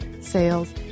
sales